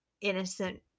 innocent